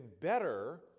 better